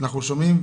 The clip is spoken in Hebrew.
אנחנו שומעים,